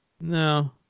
No